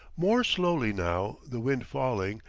more slowly now, the wind falling,